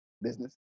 business